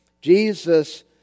Jesus